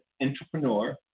entrepreneur